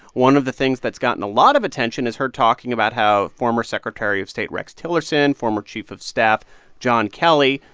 one of the things that's gotten a lot of attention is her talking about how former secretary of state rex tillerson, former chief of staff john kelly,